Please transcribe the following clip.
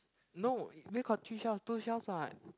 no where got three shells two shells what